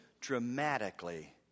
dramatically